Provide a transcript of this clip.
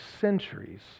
centuries